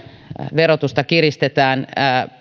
verotusta kiristetään